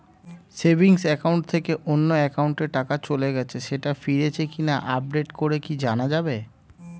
Savings account থেকে অন্য একাউন্টে টাকা চলে গেছে সেটা ফিরেছে কিনা আপডেট করে কি জানা যাবে?